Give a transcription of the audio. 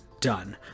Done